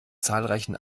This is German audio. zahlreichen